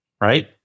right